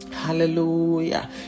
hallelujah